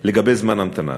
לגבי זמן המתנה,